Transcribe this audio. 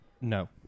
No